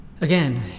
again